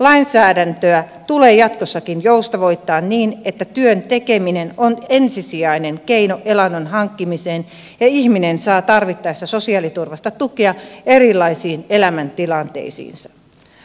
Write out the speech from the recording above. lainsäädäntöä tulee jatkossakin joustavoittaa niin että työn tekeminen on ensisijainen keino elannon hankkimiseen ja ihminen saa tarvittaessa sosiaaliturvasta tukea erilaisiin elämäntilanteisiinsa